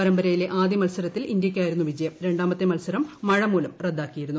പരമ്പരയിലെ ആദ്യ മത്സരത്തിൽ ഇന്ത്യയ്ക്കായിരുന്നു വിജയം രണ്ടാമത്തെ മത്സരം മഴമൂലം റദ്ദാക്കിയിരുന്നു